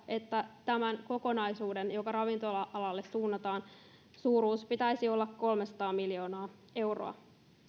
että tämän kokonaisuuden joka ravintola alalle suunnataan suuruuden pitäisi olla kolmesataa miljoonaa euroa